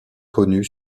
connu